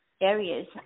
areas